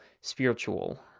spiritual